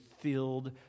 filled